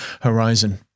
horizon